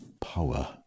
power